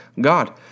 God